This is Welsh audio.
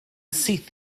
syth